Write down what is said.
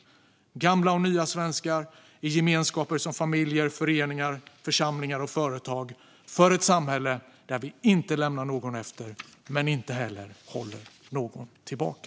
Det gör vi gamla och nya svenskar i gemenskaper som familjer, föreningar, församlingar och företag för ett samhälle där vi inte lämnar någon efter men inte heller håller någon tillbaka.